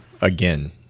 again